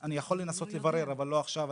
אני יכול לנסות לברר, אני לא יודע,